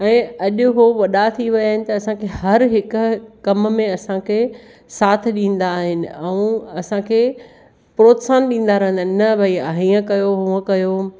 ऐं अॼु हो वॾा थी विया आहिनि त असांखे हर हिकु कमु में असांखे साथ ॾींदा आहिनि ऐं असांखे प्रोत्साहनु ॾींदा रहंदा आहिनि न भाई हीअं कयो हूअं कयो